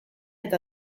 eta